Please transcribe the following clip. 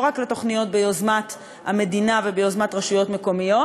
לא רק לתוכניות ביוזמת המדינה וביוזמת רשויות מקומיות,